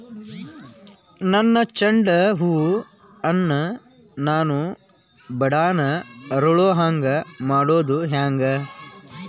ನನ್ನ ಚಂಡ ಹೂ ಅನ್ನ ನಾನು ಬಡಾನ್ ಅರಳು ಹಾಂಗ ಮಾಡೋದು ಹ್ಯಾಂಗ್?